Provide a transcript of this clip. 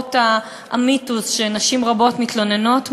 למרות המיתוס שנשים רבות מתלוננות,